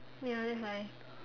ya that's why